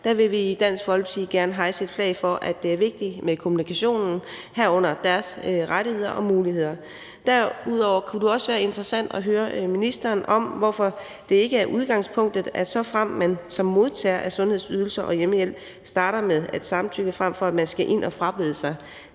Der vil vi i Dansk Folkeparti gerne hejse et flag for, at det er vigtigt med kommunikationen, herunder deres rettigheder og muligheder. Derudover kunne det også være interessant at høre ministeren om, hvorfor det ikke er udgangspunktet, at man som modtager af sundhedsydelser og hjemmehjælp starter med ikke at samtykke, frem for at man skal ind at frabede sig